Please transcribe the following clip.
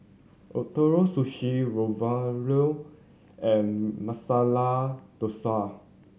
Ootoro Sushi Ravioli and Masala Dosa